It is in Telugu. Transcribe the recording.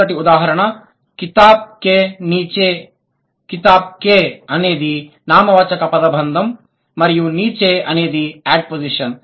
మొదిటి ఉదాహరణ కితాబ్ కే నీచే పుస్తకం కింద కితాబ్ కే పుస్తకం అనేది నామవాచక పదబంధం మరియు నీచే కింద అనేది యాడ్పోస్జిషన్